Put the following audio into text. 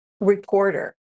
reporter